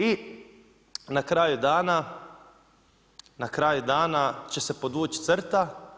I na kraju dana, na kraju dana će se podvući crta.